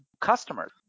customers